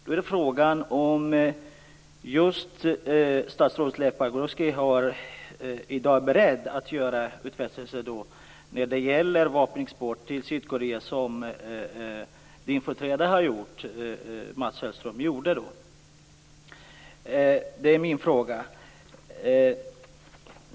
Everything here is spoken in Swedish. Då är frågan om statsrådet Leif Pagrotsky i dag är beredd att göra utfästelser när det gäller vapenexport till Sydkorea, som hans företrädare, Mats Hellström, gjorde. Det är min fråga.